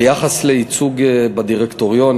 ביחס לייצוג בדירקטוריונים,